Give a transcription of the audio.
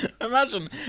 Imagine